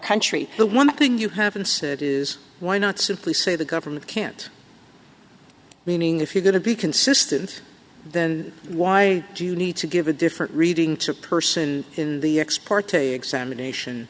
country the one thing you have to say that is why not simply say the government can't meaning if you're going to be consistent then why do you need to give a different reading to a person the